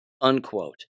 Unquote